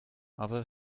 other